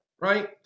right